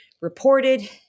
reported